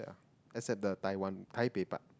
except the Taiwan Taipei part lah